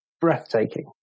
breathtaking